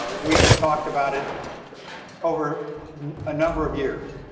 um we had talked about it over a number of years.